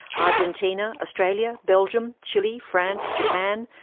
argentina, australia, belgium, chile, france, japan,